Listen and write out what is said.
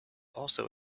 also